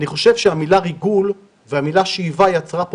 אני חושב שהמילה ריגול והמילה שאיבה יצרה פה